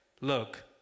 look